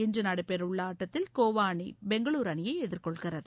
இன்று நடைபெறவுள்ள ஆட்டத்தில் கோவா அணி பெங்களுர் அணியை எதிர்கொள்கிறது